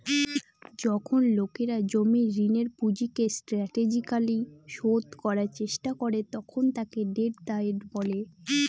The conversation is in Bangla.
যখন লোকেরা জমির ঋণের পুঁজিকে স্ট্র্যাটেজিকালি শোধ করার চেষ্টা করে তখন তাকে ডেট ডায়েট বলে